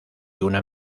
una